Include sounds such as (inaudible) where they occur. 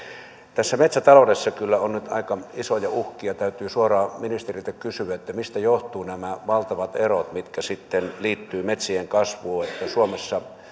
metsätaloudessa kyllä on nyt aika isoja uhkia täytyy suoraan ministeriltä kysyä mistä johtuvat nämä valtavat erot mitkä liittyvät metsien kasvuun jos suomessa (unintelligible)